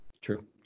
True